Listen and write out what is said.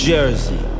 Jersey